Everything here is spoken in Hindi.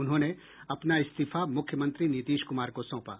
उन्होंने अपना इस्तीफा मुख्यमंत्री नीतीश कुमार को सौंपा